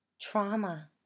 trauma